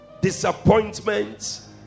disappointments